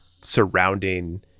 surrounding